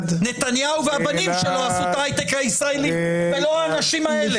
נתניהו והבנים שלו עשו את ההייטק הישראלי ולא האנשים האלה,